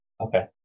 Okay